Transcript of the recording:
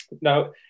Now